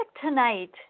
tonight